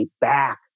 back